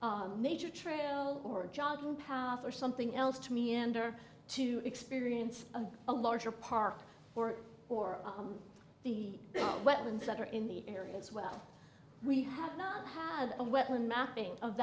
no nature trail or jogging path or something else to meander to experience of a larger park or or the weapons that are in the area as well we have not had a weapon mapping of